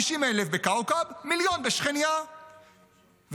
50,000 בכאוכב ומיליון בשכניה וביובלים,